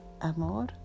amor